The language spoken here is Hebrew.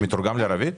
הוא מתורגם לערבית?